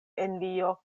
envio